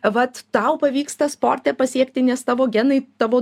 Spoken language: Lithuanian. vat tau pavyksta sporte pasiekti nes tavo genai tavo